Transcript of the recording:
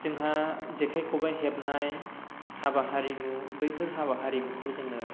जोंहा जेखाइ खबाइ हेबनाय हाबा हारिमु बैफोर हाबा हारिमुखौ जोङो